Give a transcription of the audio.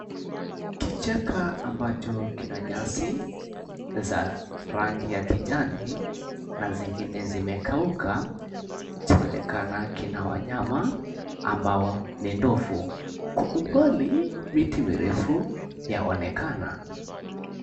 Kichaka ambacho kina nyasi ya rangi ya kijani na zingine zimekauka, kunaonekana wanyama ambao ni ndovu. Kwa umbali miti mirefu yaonekana.